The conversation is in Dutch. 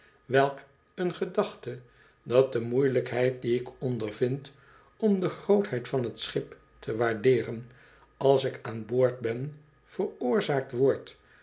welk een gedachte dat de moeielijkheid die ik ondervind om de grootheid van t schip te waardeeren als ik aan boord ben veroorzaakt wordt